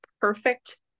perfect